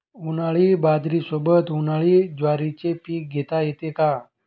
उन्हाळी बाजरीसोबत, उन्हाळी ज्वारीचे पीक घेता येते का?